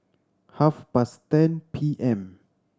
half past ten P M